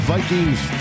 Vikings